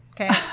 Okay